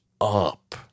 up